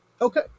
Okay